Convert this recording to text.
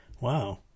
Wow